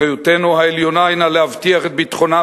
אחריותנו העליונה הינה להבטיח את ביטחונה